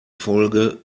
folge